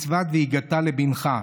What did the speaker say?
במצוות "והגדת לבנך".